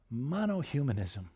monohumanism